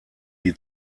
die